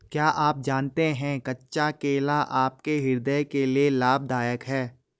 क्या आप जानते है कच्चा केला आपके हृदय के लिए लाभदायक है?